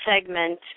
segment